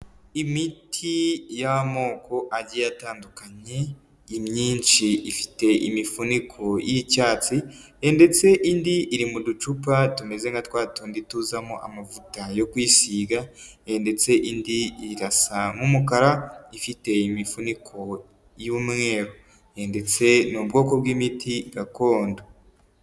Imiti y'amoko agiye atandukanye, imyinshi ifite imifuniko y'icyatsi, ndetse indi iri mu ducupa tumeze nka twa tundi tuzamo amavuta yo kwisiga, ndetse indi irasa nk'umukara, ifite imifuniko y'umweru, ndetse n'ubwoko bw'imiti gakondo.